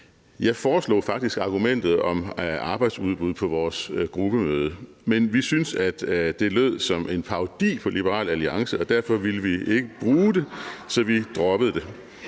Jeg foreslog faktisk argumentet om arbejdsudbud på vores gruppemøde, men vi syntes, at det lød som en parodi på Liberal Alliance, og derfor ville vi ikke bruge det, så vi droppede det.